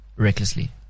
recklessly